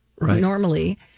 normally